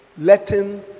letting